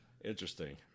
Interesting